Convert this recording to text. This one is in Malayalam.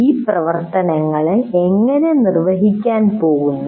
ഈ പ്രവർത്തനങ്ങൾ എങ്ങനെ നിർവ്വഹിക്കാൻ പോകുന്നു